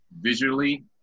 visually